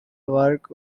works